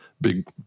big